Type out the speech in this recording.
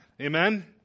Amen